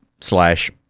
slash